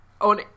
on